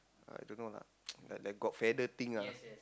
I don't know lah the got feather thing ah